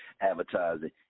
advertising